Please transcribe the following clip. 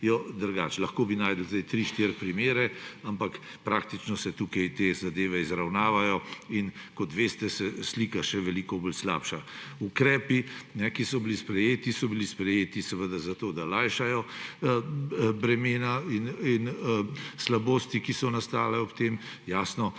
stoji drugače. Lahko bi našli tri, štiri primere, ampak praktično se tukaj te zadeve izravnavajo in, kot veste, se slika še veliko bolj slabša. Ukrepi, ki so bili sprejeti, so bili sprejeti seveda zato, da lajšajo bremena in slabosti, ki so nastala ob tem, jasno.